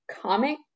comic